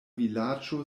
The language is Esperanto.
vilaĝo